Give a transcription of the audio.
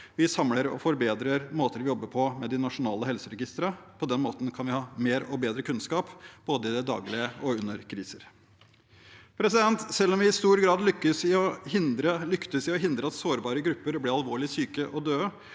Vi samler og forbedrer måter å jobbe med de nasjonale helseregistrene på. På den måten kan vi ha mer og bedre kunnskap, både i det daglige og under kriser. Selv om vi i stor grad lyktes i å hindre at folk i sårbare grupper ble alvorlig syke og døde,